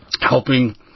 helping